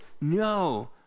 no